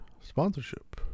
sponsorship